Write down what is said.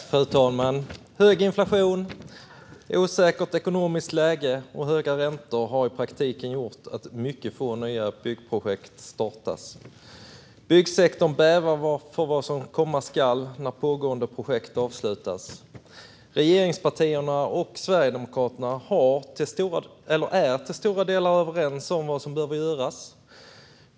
Fru talman! Hög inflation, osäkert ekonomiskt läge och höga räntor gör att få nya byggprojekt startas. Byggsektorn bävar för vad som komma skall när pågående projekt avslutats. Regeringspartierna och Sverigedemokraterna är till stora delar överens om vad som behöver göras.